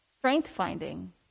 Strength-finding